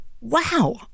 wow